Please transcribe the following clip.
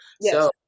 Yes